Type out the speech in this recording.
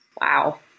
Wow